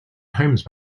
homes